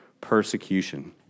persecution